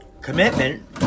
commitment